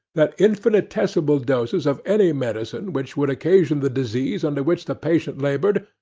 that infinitesimal doses of any medicine which would occasion the disease under which the patient laboured,